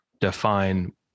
define